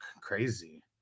Crazy